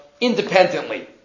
independently